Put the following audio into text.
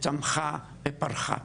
וצמחה ופרחה